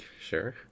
sure